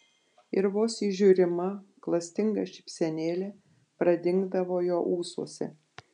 ir vos įžiūrima klastinga šypsenėlė pradingdavo jo ūsuose